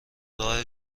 راه